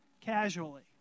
casually